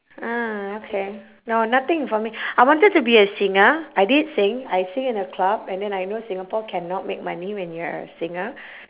ah okay no nothing for me I wanted to be a singer I did sing I sing in a club and then I know singapore cannot make money when you're a singer